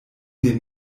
den